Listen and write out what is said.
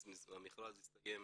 המכרז הסתיים